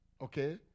Okay